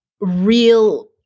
real